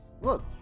Look